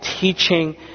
teaching